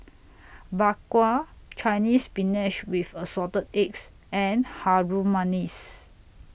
Bak Kwa Chinese Spinach with Assorted Eggs and Harum Manis